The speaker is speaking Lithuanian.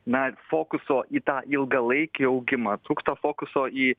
na fokuso į tą ilgalaikį augimą atsukto fokuso į